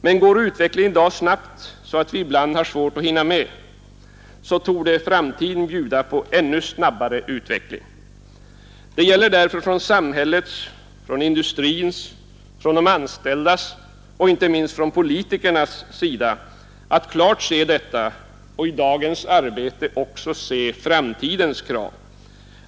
Men går utvecklingen i dag snabbt, så att vi ibland har svårt att hinna med, så torde framtiden bjuda på än snabbare utveckling. Det gäller därför från samhällets, industrins, de anställdas och inte minst från politikernas sida att klart se detta och i dagens arbete också se framtidens krav.